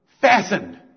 Fastened